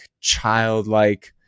childlike